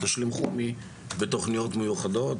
ותשלים חומי בתוכניות מיוחדות.